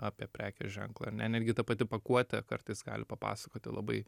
apie prekės ženklą ar ne netgi ta pati pakuotė kartais gali papasakoti labai